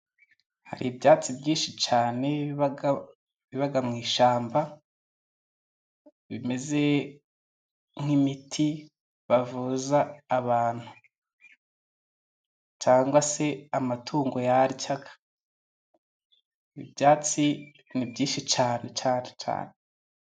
Hari ibyatsi byinshi biba mu ishyamba, bimeze nk'imiti bavuza abantu cyangwa se amatungo yarya. Ibyatsi ni byinshi cyane cyane cyane.